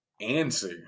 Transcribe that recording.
answer